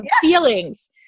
feelings